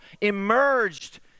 emerged